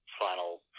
final